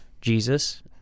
Jesus